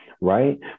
right